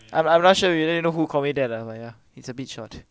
I'm I'm not sure whether you know who call me that ah but ya it's a bit short